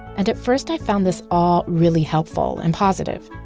and at first, i found this all really helpful and positive.